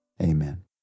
Amen